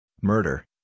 murder